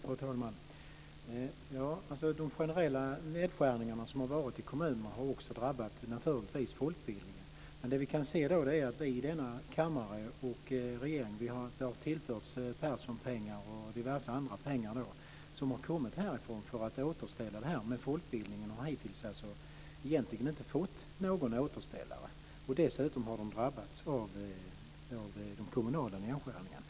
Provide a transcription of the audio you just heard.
Fru talman! De generella nedskärningar som gjorts i kommunerna har naturligtvis också drabbat folkbildningen. Men det vi då kan se är att vi i riksdagen och regeringen har tillfört Perssonpengar och diverse andra pengar som har kommit härifrån för att återställa, men folkbildningen har hittills egentligen inte fått någon återställare. Dessutom har man drabbats av de kommunala nedskärningarna.